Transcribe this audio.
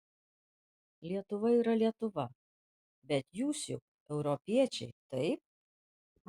lietuva yra lietuva bet jūs juk europiečiai taip